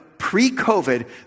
Pre-COVID